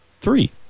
three